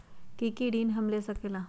की की ऋण हम ले सकेला?